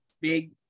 big